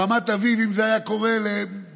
ברמת אביב, אם זה היה קורה למשפחה,